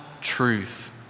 truth